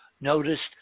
noticed